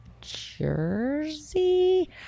Jersey